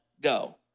go